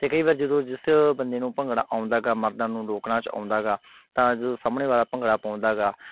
ਅਤੇ ਕਈ ਵਾਰ ਜਦੋਂ ਜਿਸ ਬੰਦੇ ਨੂੰ ਭੰਗੜਾ ਆਉਂਦਾ ਗਾ ਮਰਦਾਂ ਨੂੰ ਲੋਕ ਨਾਚ ਆਉਂਦਾ ਗਾ ਤਾਂ ਜਦੋਂ ਸਾਹਮਣੇ ਵਾਲਾ ਭੰਗੜਾ ਪਾਉਂਦਾ ਗਾ